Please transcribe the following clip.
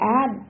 add